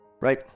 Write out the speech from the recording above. Right